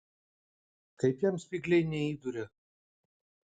kaip jam spygliai neįduria